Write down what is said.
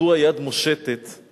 מדוע יד מושטת /